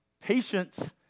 patience